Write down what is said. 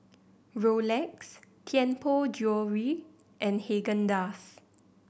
Rolex Tianpo Jewellery and Haagen Dazs